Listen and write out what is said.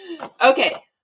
Okay